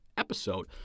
episode